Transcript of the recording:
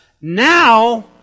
Now